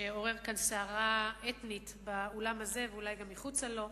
שעורר כאן סערה אתנית באולם ואולי גם מחוצה לו.